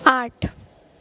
आठ